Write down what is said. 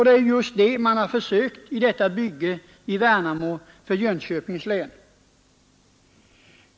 Det är just det man har försökt i detta bygge i Värnamo för Jönköpings län.